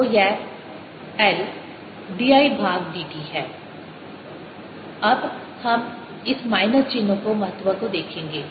तो यह minus L dI भाग d t है अब हम इस माइनस चिन्ह के महत्व को देखेंगे